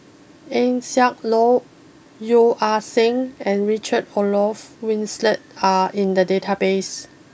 Eng Siak Loy Yeo Ah Seng and Richard Olaf Winstedt are in the databases